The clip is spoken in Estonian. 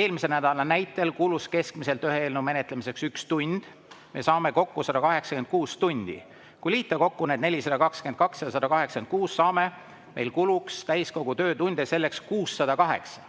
Eelmise nädala näitel kulus keskmiselt ühe eelnõu menetlemiseks üks tund. Me saame kokku 186 tundi. Kui liita kokku need 422 ja 186, siis saame: meil kuluks täiskogu töötunde selleks 608.